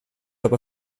aber